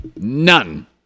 None